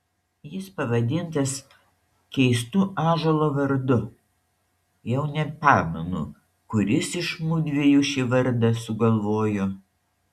jis pavadintas keistu ąžuolo vardu jau nepamenu kuris iš mudviejų šį vardą sugalvojo